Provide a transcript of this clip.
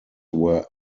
where